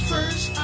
First